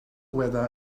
weather